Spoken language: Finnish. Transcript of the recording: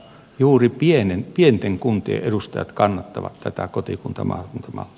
juuri pienten kuntien edustajat kannattavat tätä kotikuntamaakunta mallia